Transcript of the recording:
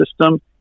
system